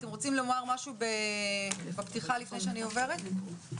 אתם רוצים לומר משהו בפתיחה לפני שאני עוברת לזום?